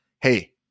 Hey